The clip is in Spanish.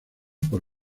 por